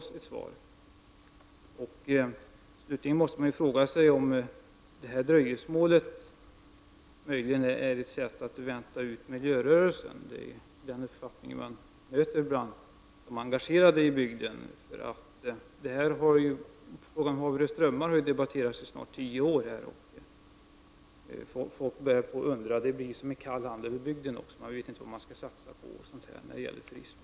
Slutligen måste man fråga sig om dröjsmålet möjligen är ett sätt att vänta ut miljörörelsen. Den uppfattningen möter man hos de engagerade i bygden. Frågan om Haverö strömmar har debatterats i snart tio år där uppe. Folk börjar undra. Det blir också som en kall hand över bygden, och man vet inte vad man skall satsa på.